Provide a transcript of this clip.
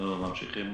אנחנו ממשיכים